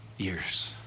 years